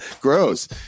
gross